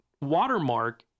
watermark